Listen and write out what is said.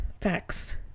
facts